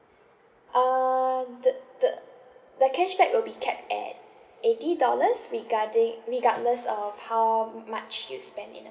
uh the the the cashback will be capped at eighty dollars regarding regardless of how much you spend in a